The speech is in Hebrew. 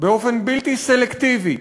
באופן בלתי סלקטיבי,